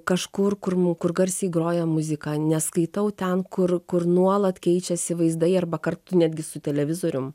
kažkur kur kur garsiai groja muzika neskaitau ten kur kur nuolat keičiasi vaizdai arba kartu netgi su televizorium